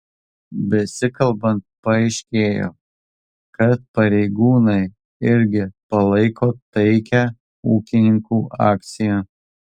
besikalbant paaiškėjo kad pareigūnai irgi palaiko taikią ūkininkų akciją